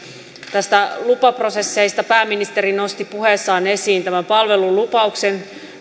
lupaprosesseista pääministeri nosti puheessaan esiin tämän palvelulupauksen